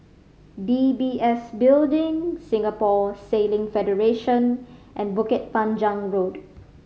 D B S Building Singapore Sailing Federation and Bukit Panjang Road